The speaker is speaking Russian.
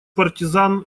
партизан